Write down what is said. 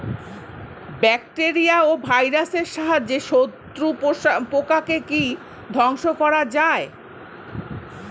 Bacteria ও ভাইরাসের সাহায্যে শত্রু পোকাকে কি ধ্বংস করা যায়?